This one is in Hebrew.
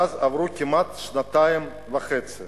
מאז עברו כמעט שנתיים וחצי